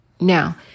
Now